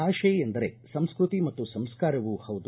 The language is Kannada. ಭಾಷೆ ಎಂದರೆ ಸಂಸ್ಟತಿ ಮತ್ತು ಸಂಸ್ಕಾರವೂ ಪೌದು